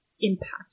impact